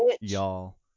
y'all